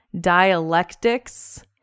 dialectics